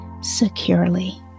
securely